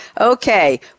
Okay